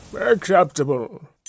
Acceptable